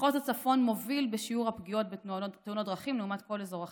מחוז הצפון מוביל בשיעור הפגיעות בתאונות דרכים לעומת כל אזור אחר,